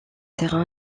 terrain